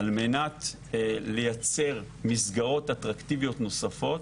על מנת לייצר מסגרות אטרקטיביות נוספות